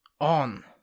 on